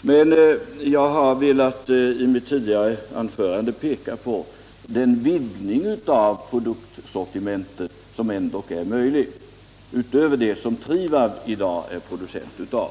Men jag ville i mitt tidigare anförande visa på den vidgning av produktsortimentet som ändå är möjlig, utöver det som Trivab i dag producerar.